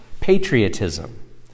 patriotism